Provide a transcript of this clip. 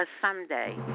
someday